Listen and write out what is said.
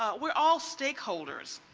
ah we are all stakeholders.